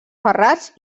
ferrats